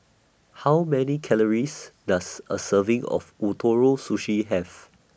How Many Calories Does A Serving of Ootoro Sushi Have